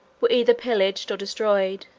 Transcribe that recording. were either pillaged or destroyed